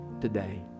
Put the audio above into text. today